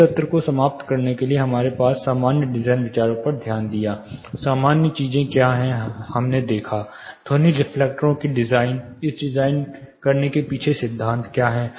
इस सत्र को समाप्त करने के लिए हमने सामान्य डिजाइन विचारों पर ध्यान दिया सामान्य चीजें क्या हैं हमने देखा ध्वनिक रिफ्लेक्टरों के डिजाइन इसे डिजाइन करने के पीछे सिद्धांत क्या है